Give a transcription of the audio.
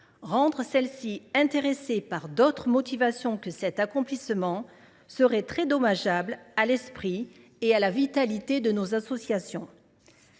Rendre celles ci intéressées par d’autres motivations que cet accomplissement serait très dommageable à l’esprit et à la vitalité de nos associations.